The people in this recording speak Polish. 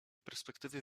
perspektywie